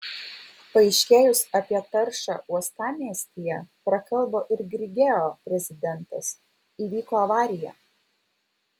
paaiškėjus apie taršą uostamiestyje prakalbo ir grigeo prezidentas įvyko avarija